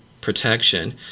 protection